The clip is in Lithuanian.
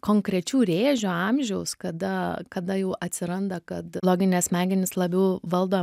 konkrečių rėžių amžiaus kada kada jau atsiranda kad loginės smegenys labiau valdo